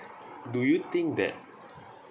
do you think that